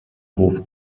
hof